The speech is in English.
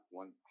one